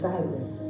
Silas